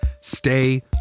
Stay